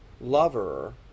lover